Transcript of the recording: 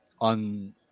on